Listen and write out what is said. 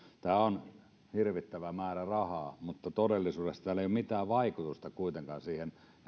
hirvittävältä määrältä rahaa mutta todellisuudessa tällä ei ole mitään vaikutusta kuitenkaan siihen